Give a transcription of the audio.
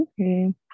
Okay